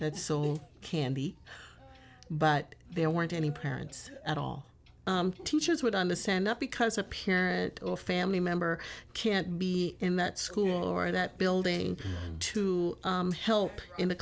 that saw candy but there weren't any parents at all teachers would understand that because a pure or family member can't be in that school or that building to help in the